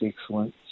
excellent